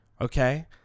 okay